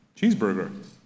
cheeseburger